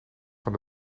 van